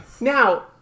Now